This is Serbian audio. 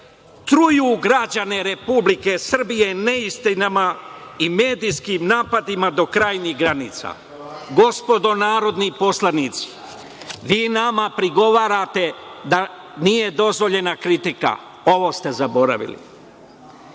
truju građane Republike Srbije neistinama i medijskim napadima do krajnjih granica. Gospodo narodni poslanici, vi nama prigovarate da nije dozvoljena kritika, a ovo ste zaboravili.